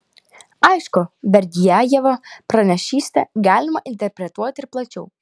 aišku berdiajevo pranašystę galima interpretuoti ir plačiau